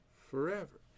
forever